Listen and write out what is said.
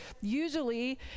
usually